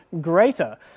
greater